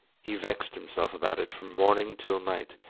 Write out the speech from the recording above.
he vexed himself about it from morning till night,